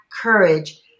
courage